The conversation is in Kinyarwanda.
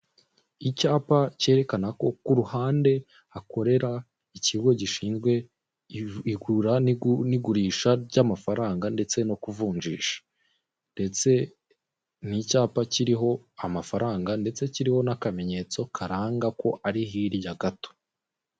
Icyapa kerekana ko ku ruhande hakorera ikigo gishinzwe igura n'igurisha ry'amafaranga ndetse no kuvunjisha. Ndetse ni icyapa kiriho amafaranga ndetse kiriho n'akamenyetso karanga ko ari hirya gato.